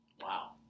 Wow